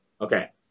Okay